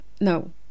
no